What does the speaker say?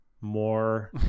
more